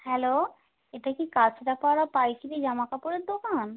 hello এটা কি কাচড়াপাড়া পাইকারী জামা কাপড়ের দোকান